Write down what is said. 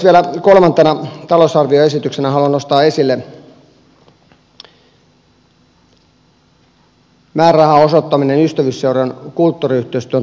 vielä kolmantena talousarvioesityksenä haluan nostaa esille määrärahan osoittamisen ystävyysseurojen kulttuuriyhteistyön tukemiseksi